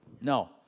No